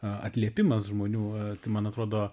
atliepimas žmonių man atrodo